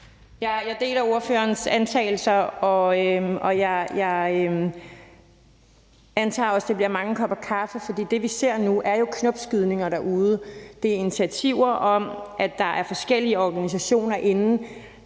Jeg deler ordførerens antagelser, og jeg antager også, det bliver mange kopper kaffe, for det, vi ser nu, er jo knopskydninger derude. Det er initiativer, hvor der er forskellige organisationer inde,